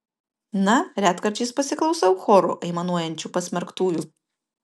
na retkarčiais pasiklausau choru aimanuojančių pasmerktųjų